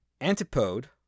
Antipode